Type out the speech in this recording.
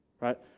right